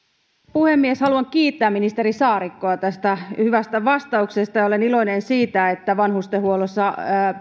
puhemies haluan kiittää ministeri saarikkoa tästä hyvästä vastauksesta ja olen iloinen siitä että vanhustenhuollossa